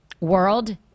world